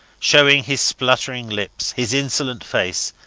showing his spluttering lips, his insolent face,